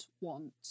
want